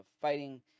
fighting